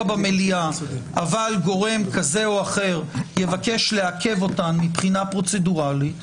במליאה אבל גורם זה או אחר יבקש לעכב אותן מבחינה פרוצדורלית,